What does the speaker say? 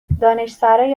دانشسرای